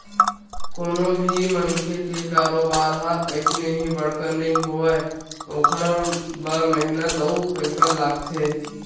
कोनो भी मनखे के कारोबार ह अइसने ही बड़का नइ होवय ओखर बर मेहनत अउ पइसा लागथे